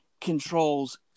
controls